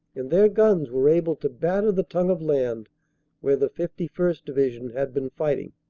and their guns were able to batter the tongue of land where the fifty first. division had been fighting.